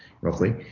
roughly